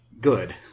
good